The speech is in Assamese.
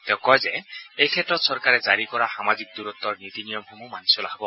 তেওঁ কয় যে এইক্ষেত্ৰত চৰকাৰে জাৰি কৰা সামাজিক দূৰত্বৰ নীতি নিয়মসমূহ মানি চলা হব